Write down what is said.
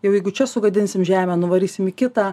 jau jeigu čia sugadinsim žemę nuvarysim į kitą